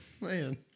Man